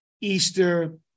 Easter